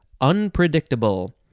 unpredictable